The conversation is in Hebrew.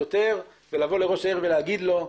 ולבוא לראש-העיר ולהגיד לו,